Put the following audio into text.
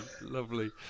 lovely